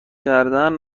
کردن